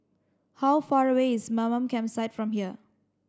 how far away is Mamam Campsite from here